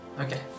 Okay